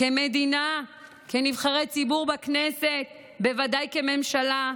כמדינה, כנבחרי ציבור בכנסת, בוודאי כממשלה,